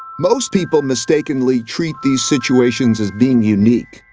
most people mistakenly treat these situations as being unique,